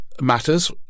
matters